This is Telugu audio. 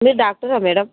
మీరు డాక్టరా మ్యాడమ్